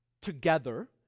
together